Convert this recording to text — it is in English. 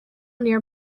near